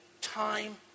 time